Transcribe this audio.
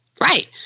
Right